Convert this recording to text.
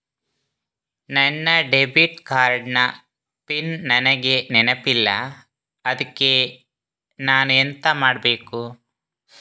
ನನ್ನ debit card ನ PIN ನನಗೆ ನೆನಪಿಲ್ಲ ಅದ್ಕೆ ನಾನು ಎಂತ ಮಾಡಬೇಕು?